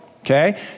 okay